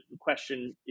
question